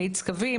מאיץ קווי,